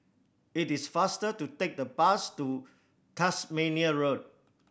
it is faster to take the bus to Tasmania Road